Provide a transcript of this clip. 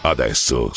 Adesso